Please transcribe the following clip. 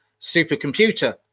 supercomputer